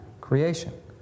creation